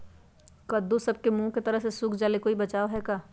कददु सब के मुँह के तरह से सुख जाले कोई बचाव है का?